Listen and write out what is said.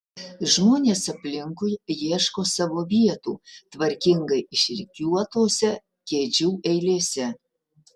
žmonės aplinkui ieško savo vietų tvarkingai išrikiuotose kėdžių eilėse